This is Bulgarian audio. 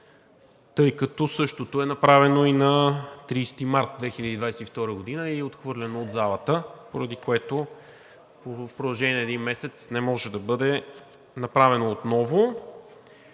тъй като същото е направено и на 30 март 2022 г. и е отхвърлено от залата, поради което в продължение на един месец не може да бъде направено отново.